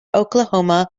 oklahoma